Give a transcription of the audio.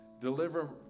deliver